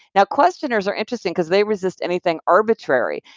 now, questioners are interesting because they resist anything arbitrary,